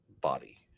body